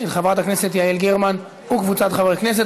של חברת הכנסת יעל גרמן וקבוצת חברי הכנסת.